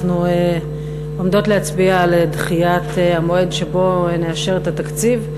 אנחנו עומדות להצביע על דחיית המועד שבו נאשר את התקציב.